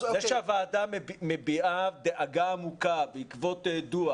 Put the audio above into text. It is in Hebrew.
זה שהוועדה מביעה דאגה עמוקה בעקבות דוח,